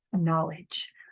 knowledge